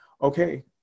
okay